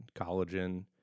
collagen